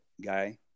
guy